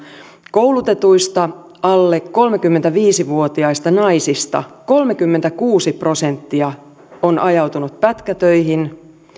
koulutetuista alle kolmekymmentäviisi vuotiaista naisista kolmekymmentäkuusi prosenttia on ajautunut pätkätöihin